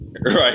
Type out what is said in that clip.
right